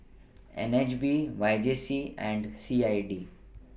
N H B Y J C and C I D